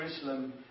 Jerusalem